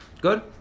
Good